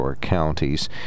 counties